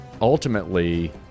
ultimately